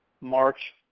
March